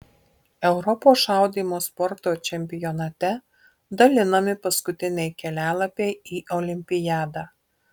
europos šaudymo sporto čempionate dalinami paskutiniai kelialapiai į olimpiadą